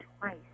twice